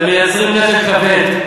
אתם מייצרים נטל כבד.